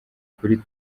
kuri